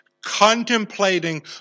contemplating